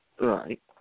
Right